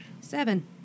Seven